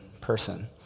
person